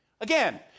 Again